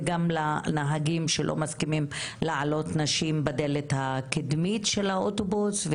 וגם לנהגים שלא מסכימים להעלות נשים בדלת הקדמית של האוטובוס.